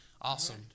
Awesome